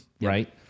right